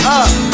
up